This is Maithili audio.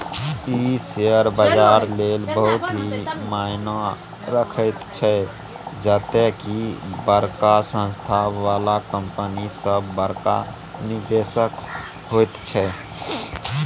ई शेयर बजारक लेल बहुत ही मायना रखैत छै जते की बड़का संस्था बला कंपनी सब बड़का निवेशक होइत छै